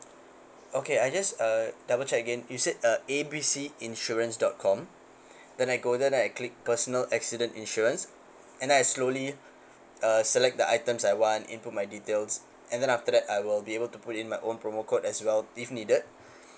okay I just uh double again you said uh A B C insurance dot com then I go there then I click personal accident insurance and then I slowly uh select the items I want input my details and then after that I will be able to put in my own promo code as well if needed